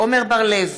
עמר בר-לב,